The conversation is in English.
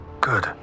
Good